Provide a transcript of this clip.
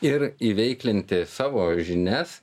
ir įveiklinti savo žinias